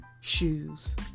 shoes